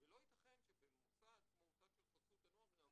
ולא ייתכן שבמוסד כמו מוסד של חסות הנוער יעבדו,